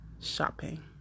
shopping